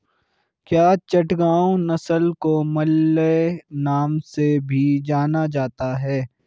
क्या चटगांव नस्ल को मलय नाम से भी जाना जाता है?